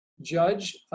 judge